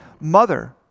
mother